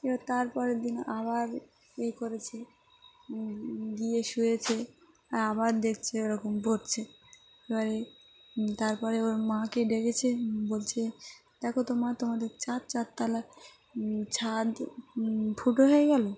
এবার তারপরের দিন আবার ই করেছে গিয়ে শুয়েছে আর আবার দেখছে ওরকম পড়ছে এবারে তারপরে ওর মাকে ডেকেছে বলছে দেখো তো মা তোমাদের চার চারতলা ছাদ ফুটো হয়ে গেলো